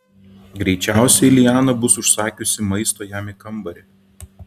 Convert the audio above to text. greičiausiai liana bus užsakiusi maisto jam į kambarį